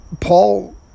Paul